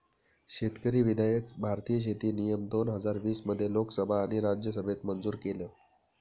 शेतकरी विधायक भारतीय शेती नियम दोन हजार वीस मध्ये लोकसभा आणि राज्यसभेत मंजूर केलं